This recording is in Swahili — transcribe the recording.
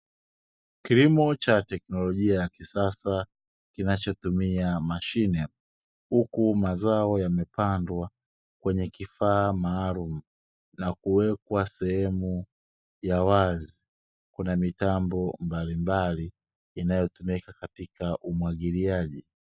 Kilimo cha teknolojia ya kisasa kinachotumia mashine, huku mazao yamepandwa kwenye kifaa maalumu na kuwekwa sehemu ya wazi. Kuna mitambo mbalimbali, inayotumika katika umwagiliaji.